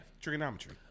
trigonometry